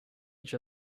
each